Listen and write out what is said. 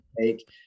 take